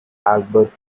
albert